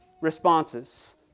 responses